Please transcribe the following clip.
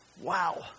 Wow